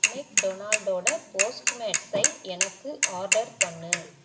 மெக்டொனால்டோடய போஸ்ட்டுமேட்ஸை எனக்கு ஆர்டர் பண்ணு